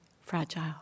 fragile